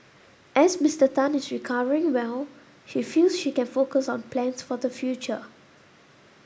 as Mister Tan is recovering well she feels she can focus on plans for the future